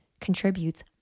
contributes